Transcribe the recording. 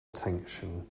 attention